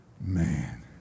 Man